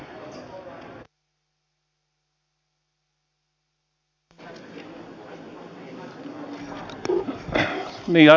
arvoisa puhemies